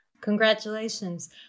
Congratulations